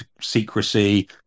secrecy